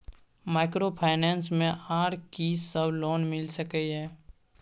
Microfinance मे आर की सब लोन मिल सके ये?